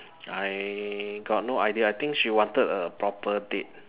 I got no idea I think she wanted a proper date